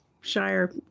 Shire